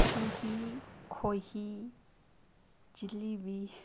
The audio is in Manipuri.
ꯆꯨꯍꯤ ꯈꯣꯏꯍꯤ ꯖꯤꯂꯤꯕꯤ